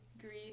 Greed